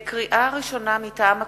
לקריאה ראשונה, מטעם הכנסת: